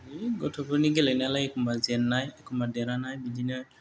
बै गथ'फोरनि गेलेनायालाय एखनबा जेन्नाय एखनबा देरहानाय बिदिनो